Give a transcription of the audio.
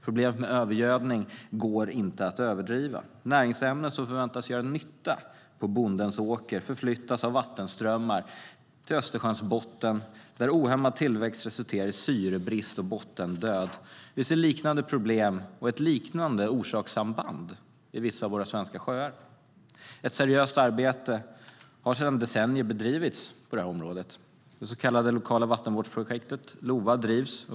Problemen med övergödning går inte att överdriva. Näringsämnen som förväntas göra nytta på bondens åker förflyttas av vattenströmmar till Östersjöns botten där ohämmad tillväxt resulterar i syrebrist och bottendöd. Vi ser liknande problem och ett liknande orsakssamband i vissa av våra svenska sjöar. Ett seriöst arbete har sedan decennier bedrivits på området. Det så kallade lokala vattenvårdsprojektet, LOVA, drivs.